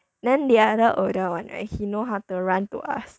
then the other older one right he know how to run to us